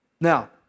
Now